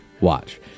watch